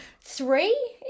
three